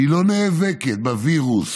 היא לא נאבקת בווירוס